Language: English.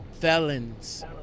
Felons